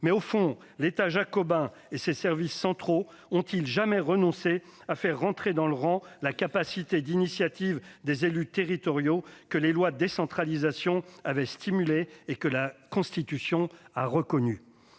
mais l'État jacobin et ses services centraux ont-ils, au fond, jamais renoncé à faire rentrer dans le rang la capacité d'initiative des élus territoriaux, que les lois de décentralisation avaient stimulée et que la Constitution a reconnue ?